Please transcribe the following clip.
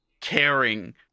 caring